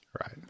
Right